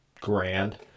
grand